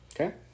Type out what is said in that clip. Okay